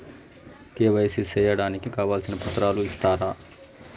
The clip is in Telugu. కె.వై.సి సేయడానికి కావాల్సిన పత్రాలు ఇస్తారా?